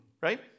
right